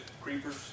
Creepers